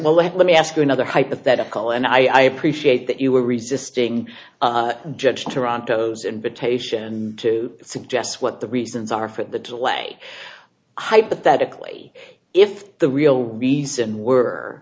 well let me ask you another hypothetical and i appreciate that you were resisting judge toronto's invitation to suggest what the reasons are for the delay hypothetically if the real reason were